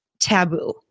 taboo